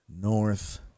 North